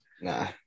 Nah